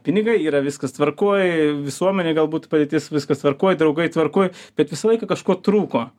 pinigai yra viskas tvarkoj visuomenėj galbūt padėtis viskas tvarkoj draugai tvarkoj bet visą laiką kažko trūko